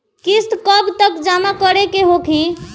किस्त कब तक जमा करें के होखी?